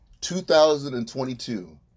2022